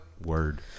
word